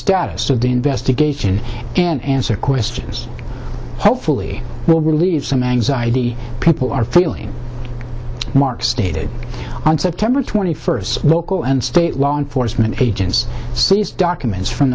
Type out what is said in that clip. status of the investigation and answer questions hopefully will relieve some anxiety people are feeling mark stated on september twenty first local and state law enforcement agents documents from